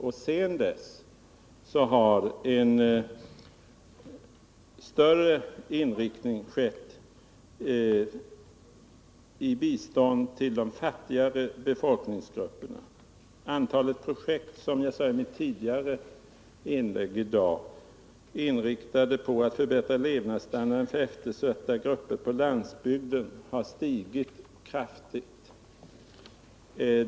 Det har blivit en allt kraftigare inriktning av verksamheten för insatser till de fattigare befolkningsgrupperna. Som jag sade i mitt tidigare inlägg har antalet projekt inriktade på att förbättra levnadsstandarden för eftersatta grupper på landsbygden stigit kraftigt.